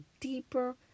deeper